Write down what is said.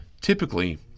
typically